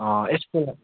यसको